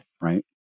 right